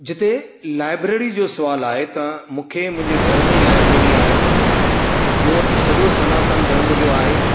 जिते लाइब्रेरी जो सुवालु आहे त मूंखे मुंहिंजे घर में ई लाइब्रेरी आहे मूं वटि सॼो सनातन धर्म जो आहे